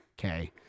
Okay